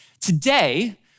Today